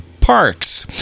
Parks